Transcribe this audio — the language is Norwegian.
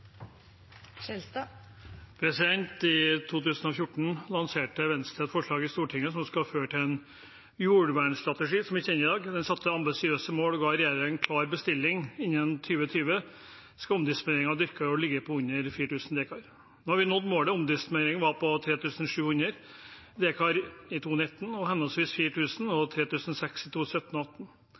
til. I 2014 lanserte Venstre et forslag i Stortinget som skulle føre til en jordvernstrategi, som vi kjenner i dag. Det satte ambisiøse mål og ga regjeringen en klar bestilling, innen 2020 skulle omdisponeringen av dyrket jord ligge på under 4 000 dekar. Nå har vi nådd målet. Omdisponeringen var på 3 700 dekar i 2019 og henholdsvis 4 000 og 3 600 i 2017 og